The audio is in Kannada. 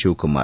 ಶಿವಕುಮಾರ್